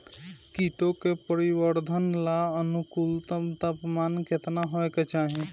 कीटो के परिवरर्धन ला अनुकूलतम तापमान केतना होए के चाही?